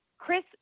chris